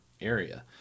area